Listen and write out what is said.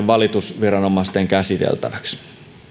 valitusviranomaisten käsiteltäväksi